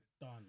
Done